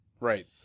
Right